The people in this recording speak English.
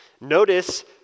Notice